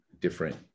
different